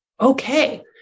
okay